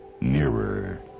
nearer